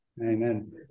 Amen